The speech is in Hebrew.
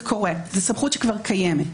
זה סמכות שקיימת.